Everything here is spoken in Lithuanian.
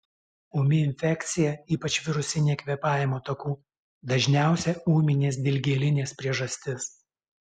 ūmi infekcija ypač virusinė kvėpavimo takų dažniausia ūminės dilgėlinės priežastis